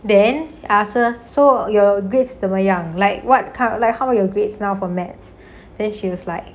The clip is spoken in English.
then I ask her so your grades 怎么样 like what kind of like how about your grades now from that's then she was like